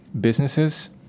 businesses